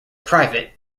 private